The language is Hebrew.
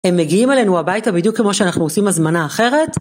הם מגיעים אלינו הביתה בדיוק כמו שאנחנו עושים הזמנה אחרת.